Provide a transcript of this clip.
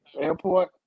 airport